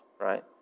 right